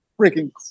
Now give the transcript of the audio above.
freaking